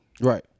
right